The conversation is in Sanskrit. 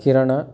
किरणं